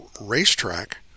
racetrack